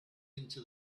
into